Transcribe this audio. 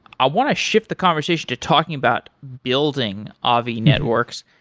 i want to shift the conversation to talking about building avi networks.